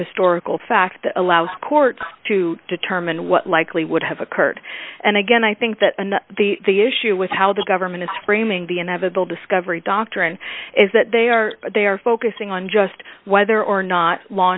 historical fact that allows courts to determine what likely would have occurred and again i think that the the issue with how the government is framing the inevitable discovery doctrine is that they are they are focusing on just whether or not law